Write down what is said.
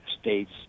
states